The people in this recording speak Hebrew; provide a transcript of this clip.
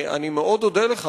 אני אודה לך,